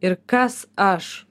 ir kas aš